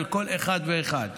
של כל אחד ואחד.